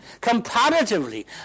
Comparatively